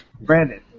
Brandon